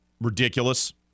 Ridiculous